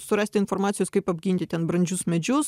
surasti informacijos kaip apginti ten brandžius medžius